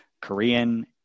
Korean